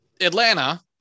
Atlanta